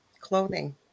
clothing